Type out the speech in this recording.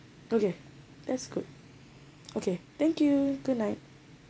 okay that's good okay thank you good night